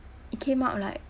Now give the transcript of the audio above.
it came out like